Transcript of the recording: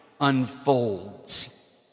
unfolds